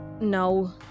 No